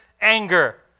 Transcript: anger